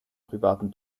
privaten